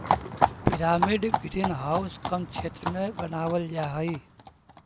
pyramid greenhouse कम क्षेत्र में बनावाल जा हई